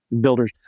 builders